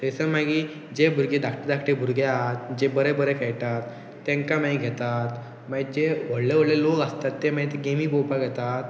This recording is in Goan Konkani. थंयसर मागीर जे भुरगे धाकटे धाकटे भुरगे आहात जे बरे बरे खेळटात तांकां मागीर घेतात मागीर जे व्हडले व्हडले लोक आसतात ते मागीर ते गेमी पळोवपाक येतात